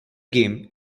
game